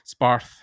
Sparth